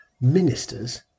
Ministers